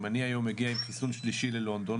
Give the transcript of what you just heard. אם אני היום מגיע עם חיסון שלישי ללונדון,